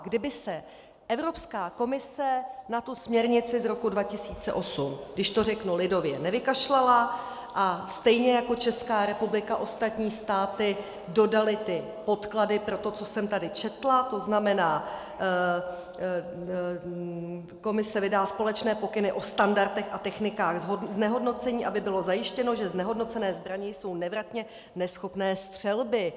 Kdyby se Evropská komise na tu směrnici z roku 2008, když to řeknu lidově, nevykašlala a stejně jako Česká republika ostatní státy dodaly podklady pro to, co jsem tady četla, tzn. Komise vydá společné pokyny o standardech a technikách znehodnocení, aby bylo zajištěno, že znehodnocené zbraně jsou nevratně neschopné střelby;